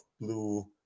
blue